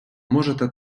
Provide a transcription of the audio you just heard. можете